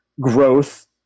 growth